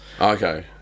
Okay